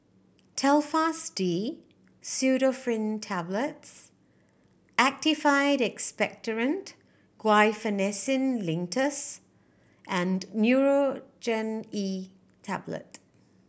Telfast D Pseudoephrine Tablets Actified Expectorant Guaiphenesin Linctus and Nurogen E Tablet